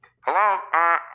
Hello